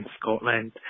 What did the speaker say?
Scotland